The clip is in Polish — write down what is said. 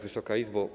Wysoka Izbo!